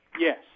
Yes